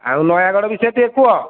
ଆଉ ନୟାଗଡ଼ ବିଷୟରେ ଟିକିଏ କୁହ